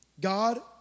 God